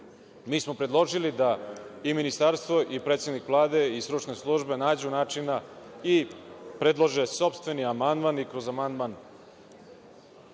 Mi smo predložili da i Ministarstvo i predsednik Vlade i stručne službe nađu načina i predlože sopstveni amandman i kroz amandman